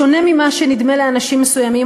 בשונה ממה שנדמה לאנשים מסוימים,